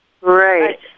Right